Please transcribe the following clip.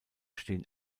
stehen